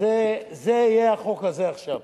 זה יהיה החוק הזה, עכשיו.